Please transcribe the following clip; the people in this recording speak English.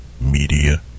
Media